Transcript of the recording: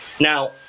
Now